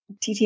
TT